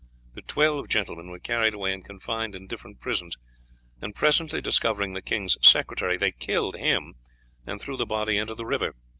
the twelve gentlemen were carried away and confined in different prisons and presently discovering the king's secretary, they killed him and threw the body into the river.